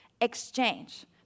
exchange